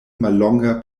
mallonga